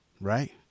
right